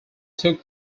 took